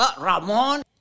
Ramon